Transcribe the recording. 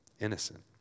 innocent